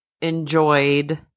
enjoyed